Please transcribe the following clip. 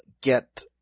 get